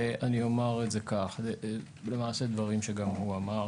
ואומר את זה כך, אלה למעשה דברים שגם הוא אמר: